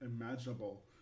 imaginable